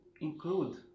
include